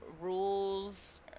rules